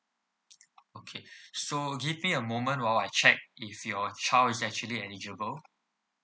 okay so give me a moment while I check if your child is actually eligible